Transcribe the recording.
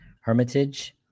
Hermitage